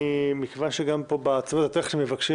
מכיוון שגם פה בצוות הטכני מבקשים